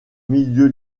milieu